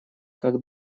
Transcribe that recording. как